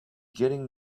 getting